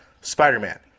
Spider-Man